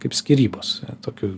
kaip skyrybos tokiu